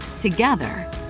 Together